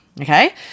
okay